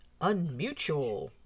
Unmutual